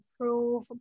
improve